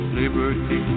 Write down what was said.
liberty